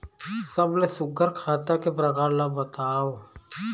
सबले सुघ्घर खाता के प्रकार ला बताव?